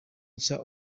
nshya